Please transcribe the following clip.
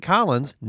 Collins